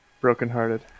brokenhearted